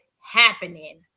happening